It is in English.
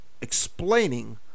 explaining